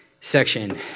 section